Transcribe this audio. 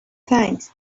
thanks